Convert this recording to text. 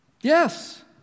yes